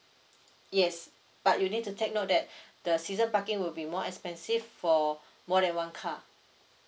yes but you need to take note that the season parking will be more expensive for more than one car